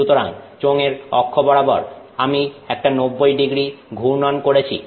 সুতরাং চোঙের অক্ষ বরাবর আমি একটা 90º ঘূর্ণন করেছি